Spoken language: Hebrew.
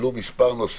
עלו מספר נושאים.